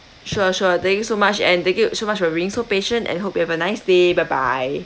sure sure thank you so much and thank you so much for being so patient and hope you have a nice day bye bye